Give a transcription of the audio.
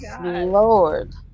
Lord